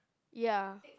ya